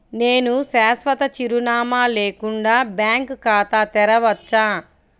నేను శాశ్వత చిరునామా లేకుండా బ్యాంక్ ఖాతా తెరవచ్చా?